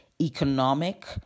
economic